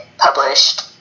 published